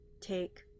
take